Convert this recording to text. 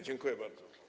Dziękuję bardzo.